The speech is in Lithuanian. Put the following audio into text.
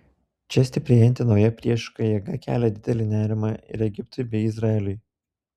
čia stiprėjanti nauja priešiška jėga kelia didelį nerimą ir egiptui bei izraeliui